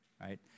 right